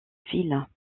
ville